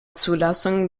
zulassung